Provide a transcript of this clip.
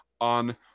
on